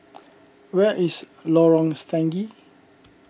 where is Lorong Stangee